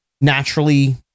naturally